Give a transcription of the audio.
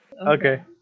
okay